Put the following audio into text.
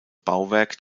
bauwerk